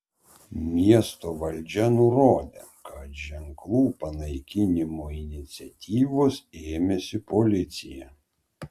miesto valdžia nurodė kad ženklų panaikinimo iniciatyvos ėmėsi policija